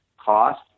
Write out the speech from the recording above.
Cost